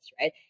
right